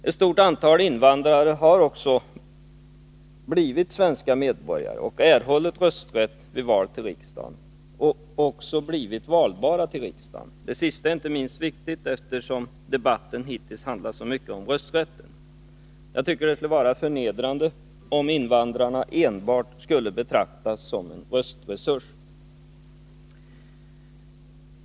Ett stort antal invandrare har också blivit svenska medborgare och erhållit rösträtt vid val till riksdagen. De har också blivit valbara till riksdagen. Det sista är inte minst viktigt, eftersom debatten hittills har handlat så mycket om rösträtten. Det vore förnedrande om invandrarna enbart skulle betraktas såsom en röstresurs.